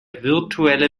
virtuelle